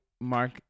Mark